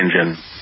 engine